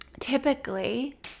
typically